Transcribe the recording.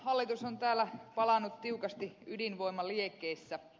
hallitus on täällä palanut tiukasti ydinvoimaliekeissä